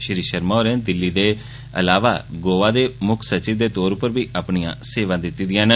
श्री शर्मा होरें दिल्ली ते गोवा दे मुक्ख सचिव दे तौर उप्पर बी अपनियां सेवां दित्ती दियां न